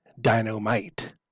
dynamite